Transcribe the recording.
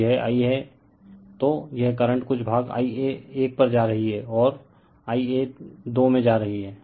तो यह Ia तो यह करंट कुछ भाग Ia 1 पर जा रही है और Ia2 में जा रही है